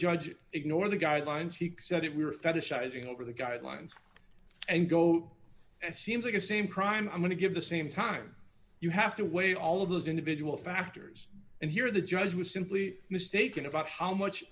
judge ignored the guidelines he said if we were fetishizing over the guidelines and go and seems like the same crime i'm going to give the same time you have to weigh all of those individual factors and here the judge was simply mistaken about how much